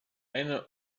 eine